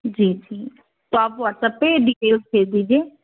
जी तो आप व्हाट्सएप पर डिटेल्स भेज दीजिए